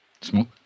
Smoke